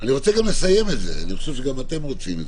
אני חושבת שצריך להכיר את